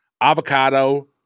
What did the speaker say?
Avocado